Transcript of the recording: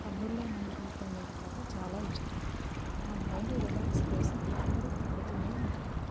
కన్నుల్లో నీ రూపమే పాట చాలా ఇష్టం నా మైండ్ రిలాక్స్ కోసం ఎప్పుడు పాడుతూనే ఉంటాను